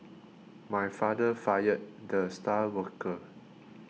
my father fired the star worker